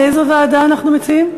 לאיזו ועדה אנחנו מציעים?